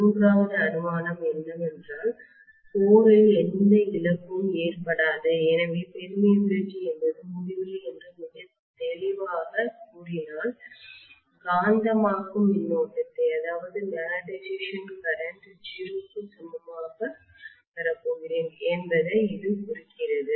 மூன்றாவது அனுமானம் என்னவென்றால் கோரில் எந்த இழப்பும் ஏற்படாது எனவே பெர்மியபிலில்டி என்பது முடிவிலி என்று மிகத் தெளிவாகக் கூறினால் காந்தமாக்கும் மின்னோட்டத்தைமேக்னட்டைசேஷன் கரண்ட் 0 க்கு சமமாகப் பெறப்போகிறேன் என்பதை இது குறிக்கிறது